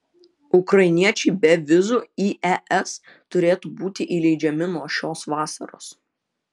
ukrainiečiai be vizų į es turėtų būti įleidžiami nuo šios vasaros